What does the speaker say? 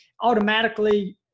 automatically